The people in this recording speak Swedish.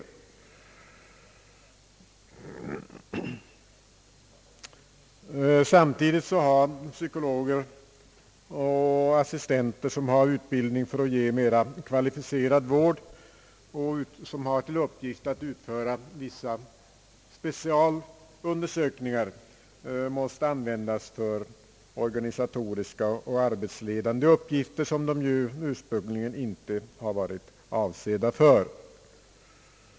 Samtidigt har psykologer och assistenter, vilka har utbildning för att ge mera kvalificerad vård och som har till uppgift att utföra vissa specialundersökningar, måst användas för organisatoriska och arbetsledande uppgifter, som de ju ursprungligen inte har varit avsedda för.